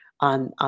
on